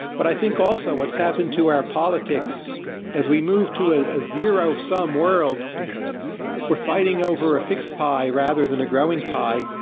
but i think, also, what's happened to our politics as we move to ah a zero-sum game, we're fighting over a fixed pie rather than a growing pie,